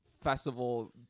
festival